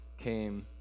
came